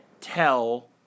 tell